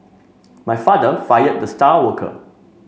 my father fired the star worker